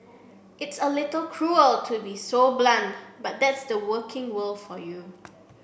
it's a little cruel to be so blunt but that's the working world for you